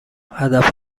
هدف